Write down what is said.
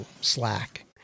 Slack